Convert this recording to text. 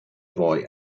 boy